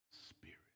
spirit